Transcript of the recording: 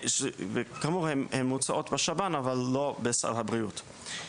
כאמור, הן מוצעות בשב"ן אבל לא בסל הבריאות.